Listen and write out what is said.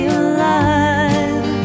alive